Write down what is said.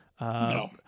No